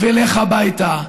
ולך הביתה.